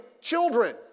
children